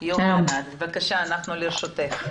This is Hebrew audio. בבקשה, ענת,